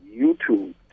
YouTube